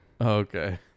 okay